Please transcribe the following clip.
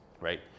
right